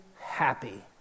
happy